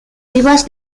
vivas